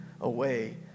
away